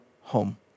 home